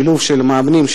שילוב של מאמנים,